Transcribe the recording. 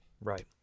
Right